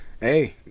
Hey